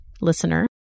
listener